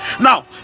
now